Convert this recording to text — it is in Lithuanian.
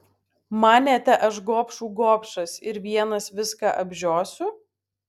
manėte aš gobšų gobšas ir vienas viską apžiosiu